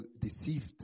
deceived